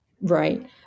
right